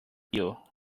ill